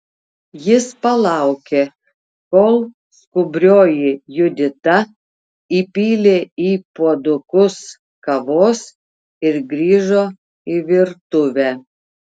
jis palaukė kol skubrioji judita įpylė į puodukus kavos ir grįžo į virtuvę